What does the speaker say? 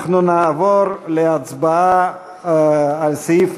אנחנו נעבור להצבעה על סעיף